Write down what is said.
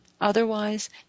Otherwise